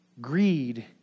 Greed